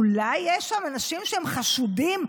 אולי יש שם אנשים שהם חשודים,